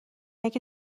اگه